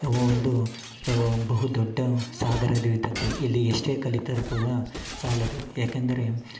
ಒಂದು ಸೋ ಬಹು ದೊಡ್ಡ ಸಾಗರವಿದ್ದಂತೆ ಇಲ್ಲಿ ಎಷ್ಟೇ ಕಲಿತರು ಕೂಡ ಸಾಲದು ಯಾಕೆಂದರೆ